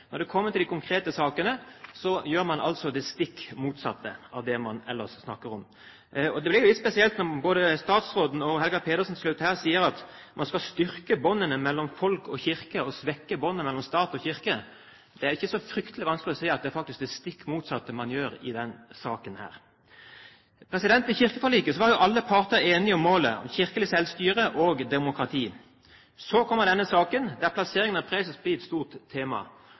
Når det kommer til de konkrete sakene, gjør man det stikk motsatte av det man ellers snakker om. Og det blir litt spesielt når både statsråden, og Helga Pedersen til slutt her, sier at man skal styrke båndene mellom folk og kirke, og svekke båndene mellom stat og kirke. Det er ikke så fryktelig vanskelig å se at man faktisk gjør det stikk motsatte i denne saken. I kirkeforliket var alle parter enige om målet: kirkelig selvstyre og demokrati. Så kommer denne saken, der plasseringen av presesembetet blir et stort tema.